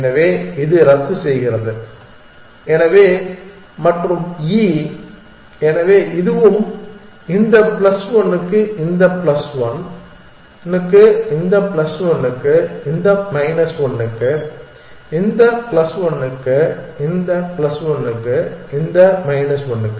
எனவே இது ரத்துசெய்கிறது எனவே மற்றும் ஈ எனவே இதுவும் இந்த 1 பிளஸ் 1 க்கு இந்த பிளஸ் 1 க்கு இந்த பிளஸ் 1 க்கு இந்த மைனஸ் 1 க்கு இந்த பிளஸ் 1 க்கு இந்த பிளஸ் 1 க்கு இந்த மைனஸ் 1 க்கு